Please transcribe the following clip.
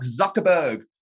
Zuckerberg